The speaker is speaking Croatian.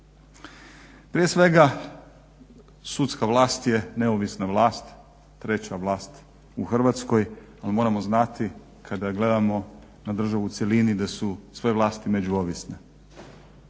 Prije svega sudska vlast je neovisna vlast, treća vlast u Hrvatskoj, ali moramo znati kada gledamo na državu u cjelini da su sve vlasti međuovisne.